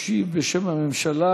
ישיב בשם הממשלה